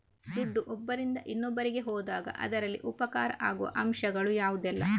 ದುಡ್ಡು ಒಬ್ಬರಿಂದ ಇನ್ನೊಬ್ಬರಿಗೆ ಹೋದಾಗ ಅದರಲ್ಲಿ ಉಪಕಾರ ಆಗುವ ಅಂಶಗಳು ಯಾವುದೆಲ್ಲ?